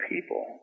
people